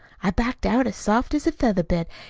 i backed out as soft as a feather bed,